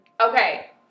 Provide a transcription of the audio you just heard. Okay